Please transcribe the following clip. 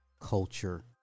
culture